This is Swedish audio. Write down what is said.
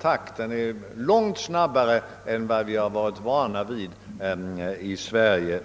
takten är långt snabbare än vi har varit vana vid tidigare i Sverige.